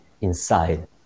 inside